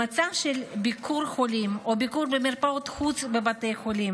במצב של ביקור חולים או ביקור במרפאות חוץ בבתי חולים